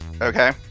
Okay